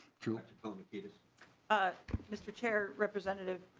to whom it it ah mister chair representative.